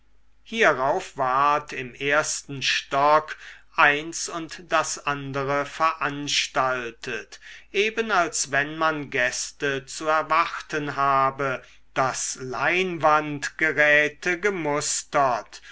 hierauf ward im ersten stock eins und das andere veranstaltet eben als wenn man gäste zu erwarten habe das leinwandgeräte gemustert